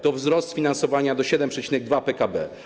To wzrost finansowania do 7,2% PKB.